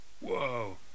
Whoa